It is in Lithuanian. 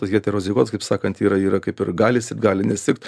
heterozigotas kaip sakant yra yra kaip ir gali sirgt gali nesirgt